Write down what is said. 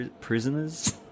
prisoners